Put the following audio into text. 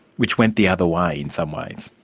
which went the other way in some ways?